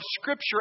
Scripture